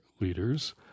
leaders